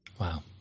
Wow